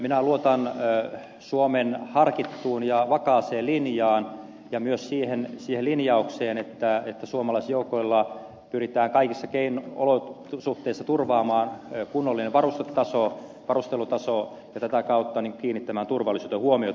minä luotan suomen harkittuun ja vakaaseen linjaan ja myös siihen linjaukseen että suomalaisjoukoille pyritään kaikissa olosuhteissa turvaamaan kunnollinen varustelutaso ja tätä kautta kiinnittämään turvallisuuteen huomiota